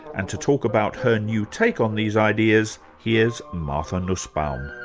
and to talk about her new take on these ideas, here's martha nussbaum.